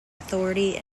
authority